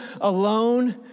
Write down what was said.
alone